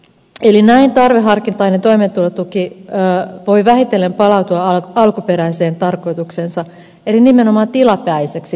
näin tarveharkintainen toimeentulotuki voi vähitellen palautua alkuperäiseen tarkoitukseensa eli nimenomaan tilapäiseksi kriisiavuksi